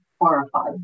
horrified